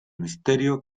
misterio